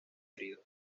heridos